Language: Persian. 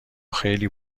خیلی